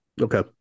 Okay